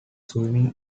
swimming